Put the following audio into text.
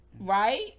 Right